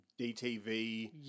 DTV